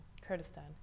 Kurdistan